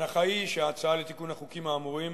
ההנחה היא שההצעה לתיקון החוקים האמורים